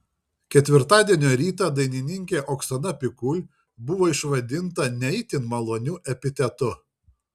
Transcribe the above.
ketvirtadienio rytą dainininkė oksana pikul buvo išvadinta ne itin maloniu epitetu